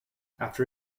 after